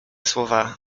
słowa